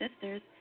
sisters